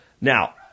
Now